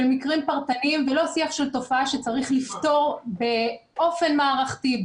של מקרים פרטניים ולא שיח של תופעה שצריך לפתור באופן מערכתי,